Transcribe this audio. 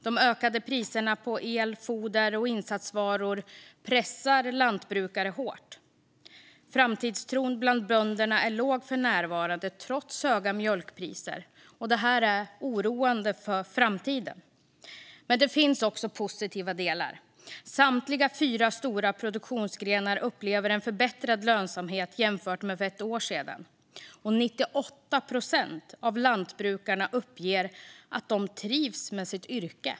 De ökade priserna på el, foder och insatsvaror pressar lantbrukare hårt. Framtidstron bland bönderna är låg för närvarande trots höga mjölkpriser, och det är oroande för framtiden. Men det finns också positiva delar. Samtliga fyra stora produktionsgrenar upplever en förbättrad lönsamhet jämfört med för ett år sedan. 98 procent av lantbrukarna uppger att de trivs med sitt yrke.